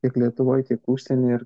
tiek lietuvoj tiek užsieny ir